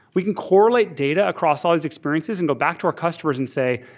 we can correlate data across all these experiences and go back to our customers and say,